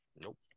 Nope